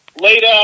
later